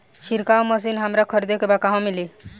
छिरकाव मशिन हमरा खरीदे के बा कहवा मिली?